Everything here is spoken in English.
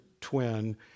twin